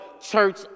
church